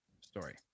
story